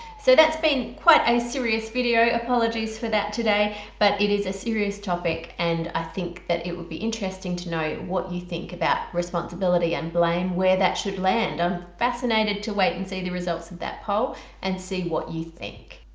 so that's been quite a serious video, apologies for that today but it is a serious topic and i think that it would be interesting to know what you think about responsibility and blame where that should land. i'm fascinated to wait and see the results of that poll and see what you think.